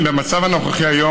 במצב כיום,